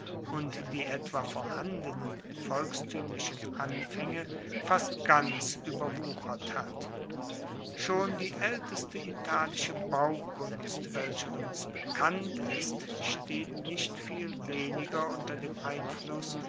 und die etwa vorhandenen volkstuemlichen anfaenge fast ganz ueberwuchert hat schon die aelteste italische baukunst welche uns bekannt ist steht nicht viel weniger unter dem einfluss